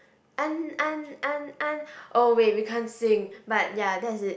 and and and and oh wait we can't sing but ya that's it